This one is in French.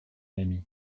ami